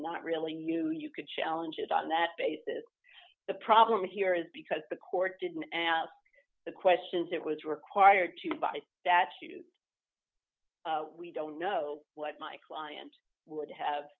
not really new you could challenge it on that basis the problem here is because the court didn't ask the questions that was required to buy that suit we don't know what my client